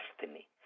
destiny